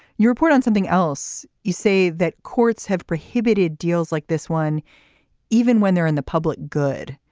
you report on something else. you say that courts have prohibited deals like this one even when they're in the public good.